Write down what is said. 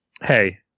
Hey